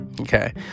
Okay